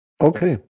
Okay